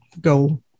go